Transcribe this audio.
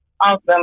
Awesome